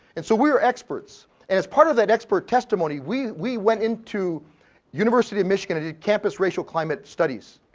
and so we were experts, and as part of that expert testimony, we we went into university of michigan and did campus racial climate studies,